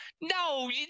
No